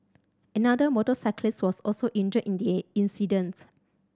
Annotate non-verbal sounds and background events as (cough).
another motorcyclist was also injured in the (unintelligible) incident